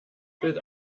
bild